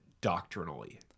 doctrinally